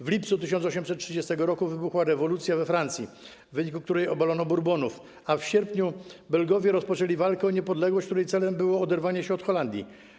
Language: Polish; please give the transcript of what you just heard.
W lipcu 1830 r. wybuchła rewolucja we Francji, w wyniku której obalono Burbonów, a w sierpniu Belgowie rozpoczęli walkę o niepodległość, której celem było oderwanie się od Holandii.